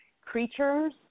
creatures